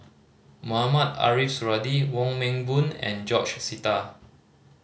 Mohamed Ariff Suradi Wong Meng Voon and George Sita